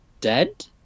dead